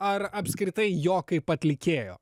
ar apskritai jo kaip atlikėjo